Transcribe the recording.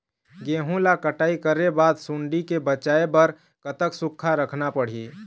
गेहूं ला कटाई करे बाद सुण्डी ले बचाए बर कतक सूखा रखना पड़ही?